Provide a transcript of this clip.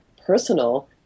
personal